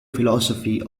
philosophy